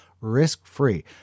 risk-free